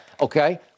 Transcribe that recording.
Okay